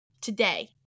today